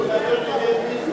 חבר הכנסת דרעי.